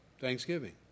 Thanksgiving